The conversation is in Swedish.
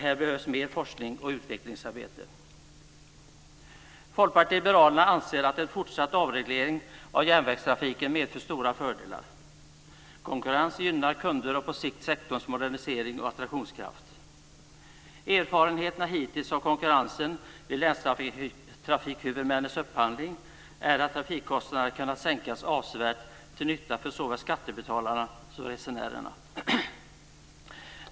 Här behövs mer forskning och utvecklingsarbete. Folkpartiet liberalerna anser att en fortsatt avreglering av järnvägstrafiken medför stora fördelar. Konkurrens gynnar kunderna och på sikt sektorns modernisering och attraktionskraft. De erfarenheter som hittills gjorts av konkurrensen vid länstrafikhuvudmännens upphandling är att trafikkostnaderna har kunnat sänkas avsevärt, till nytta för såväl skattebetalarna som resenärerna.